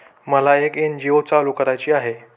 मला एक एन.जी.ओ चालू करायची आहे